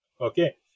okay